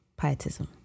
pietism